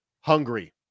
hungry